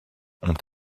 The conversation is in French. ont